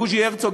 בוז'י הרצוג,